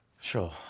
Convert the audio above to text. Sure